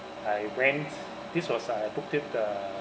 I went this was uh I booked it uh